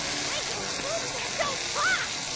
i hear the foods there don't talk.